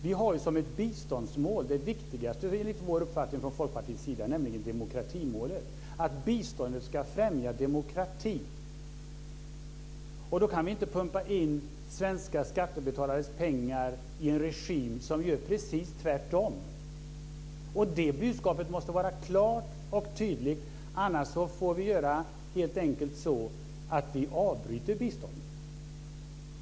Vi har som ett biståndsmål - det viktigaste biståndsmålet enligt Folkpartiets uppfattning - demokratimålet. Biståndet ska alltså främja demokratin. Då kan vi inte pumpa in svenska skattebetalares pengar i en regim som gör precis tvärtom. Det budskapet måste vara klart och tydligt. Annars får vi helt enkelt avbryta biståndet.